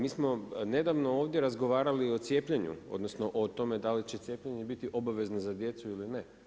Mi smo nedavno ovdje razgovarali i o cijepljenju odnosno o tome da li će cijepljenje biti obavezno za djecu ili ne.